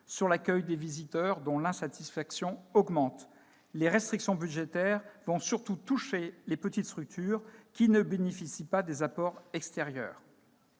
sur l'accueil des visiteurs, dont l'insatisfaction a augmenté. Les restrictions budgétaires vont surtout toucher les petites structures qui ne bénéficient pas d'apports extérieurs.